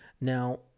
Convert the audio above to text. Now